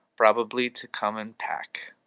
probably to come and pack,